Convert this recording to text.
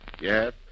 Yes